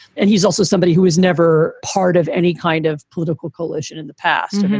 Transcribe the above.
and he's also somebody who is never part of any kind of political coalition in the past.